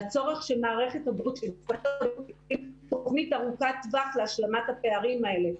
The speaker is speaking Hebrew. הצורך של מערכת הבריאות --- תוכנית ארוכת טווח להשלמת הפערים האלה.